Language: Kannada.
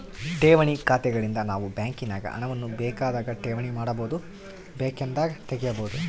ಠೇವಣಿ ಖಾತೆಗಳಿಂದ ನಾವು ಬ್ಯಾಂಕಿನಾಗ ಹಣವನ್ನು ಬೇಕಾದಾಗ ಠೇವಣಿ ಮಾಡಬಹುದು, ಬೇಕೆಂದಾಗ ತೆಗೆಯಬಹುದು